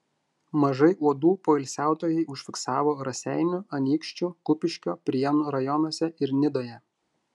mažai uodų poilsiautojai užfiksavo raseinių anykščių kupiškio prienų rajonuose ir nidoje